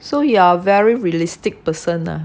so you are very realistic person lah